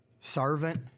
servant